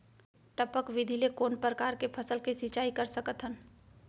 टपक विधि ले कोन परकार के फसल के सिंचाई कर सकत हन?